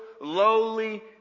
lowly